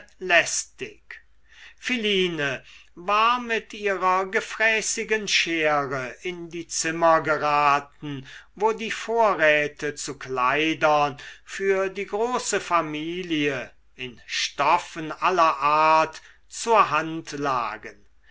lästig philine war mit ihrer gefräßigen schere in die zimmer geraten wo die vorräte zu kleidern für die große familie in stoffen aller art zur hand lagen